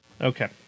Okay